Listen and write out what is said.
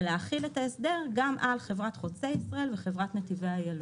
ולהחיל את ההסדר גם על חברת חוצה ישראל וחברת נתיבי איילון.